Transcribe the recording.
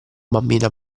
bambino